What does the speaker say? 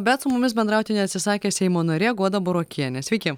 bet su mumis bendrauti neatsisakė seimo narė guoda burokienė sveiki